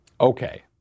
Okay